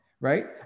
right